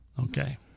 okay